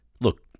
Look